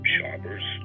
shoppers